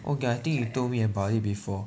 oh got I think you told me about it before